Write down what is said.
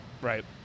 Right